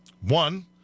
One